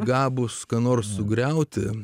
gabūs ką nors sugriauti